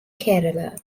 kerala